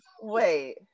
Wait